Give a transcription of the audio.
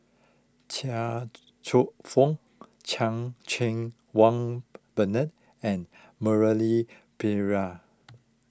Chia Cheong Fook Chan Cheng Wah Bernard and Murali Pillai